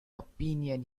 opinion